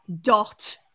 dot